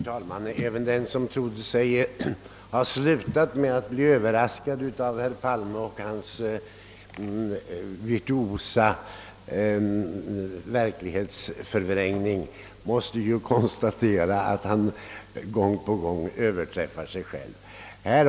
Herr talman! Även den som trodde sig ha slutat bli överraskad av herr Palme och hans virtuosa verklighetsförvrängning måste konstatera att herr Palme gång på gång överträffar sig själv.